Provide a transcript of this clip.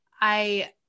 I-